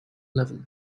level